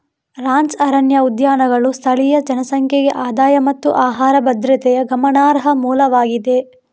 ranch ಅರಣ್ಯ ಉದ್ಯಾನಗಳು ಸ್ಥಳೀಯ ಜನಸಂಖ್ಯೆಗೆ ಆದಾಯ ಮತ್ತು ಆಹಾರ ಭದ್ರತೆಯ ಗಮನಾರ್ಹ ಮೂಲವಾಗಿದೆ